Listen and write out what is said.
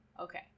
Okay